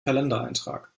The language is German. kalendereintrag